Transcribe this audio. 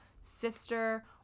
sister